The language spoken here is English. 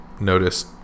noticed